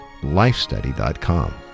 lifestudy.com